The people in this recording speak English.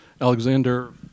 Alexander